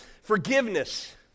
Forgiveness